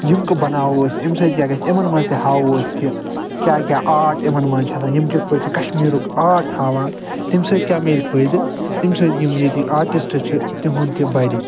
یِم بناوو أسۍ امہِ سۭتۍ کیٚاہ گژھِ یِمن منٛز تہِ ہاوو أسۍ کہِ کیٚاہ کیٚاہ آرٹ یِمن منٛز چھِ آسان یِم کتھ پٲٹھۍ چھِ کشمیٖرُک آرٹ ہاوان تمہِ سۭتۍ کیٚاہ ملہِ فٲٮ۪دٕ تمہِ سۭتۍ یِم ییٚتِکۍ آرٹسٹ چھِ تہنٛد تہِ بٔڑِ